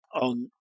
on